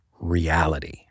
reality